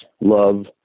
Love